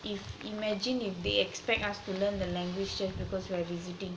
if imagine if they expect us to learn the language just because we are visiting